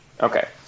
Okay